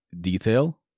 detail